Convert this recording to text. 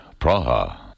Praha